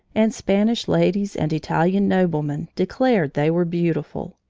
and spanish ladies and italian noblemen declared they were beautiful.